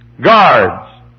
guards